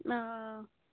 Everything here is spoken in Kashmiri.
آ آ